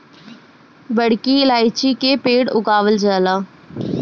बड़की इलायची के पेड़ उगावल जाला